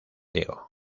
diego